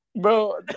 Bro